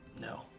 No